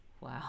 Wow